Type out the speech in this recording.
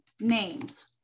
names